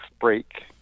break